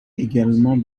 également